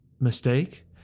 mistake